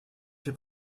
fait